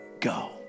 go